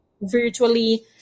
virtually